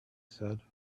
said